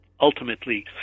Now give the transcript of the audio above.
ultimately